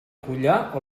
collar